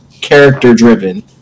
character-driven